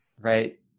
right